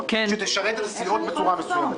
הפסקה של חמש דקות.